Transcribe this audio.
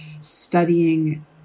studying